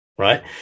Right